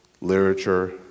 literature